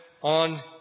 on